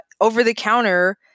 over-the-counter